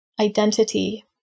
identity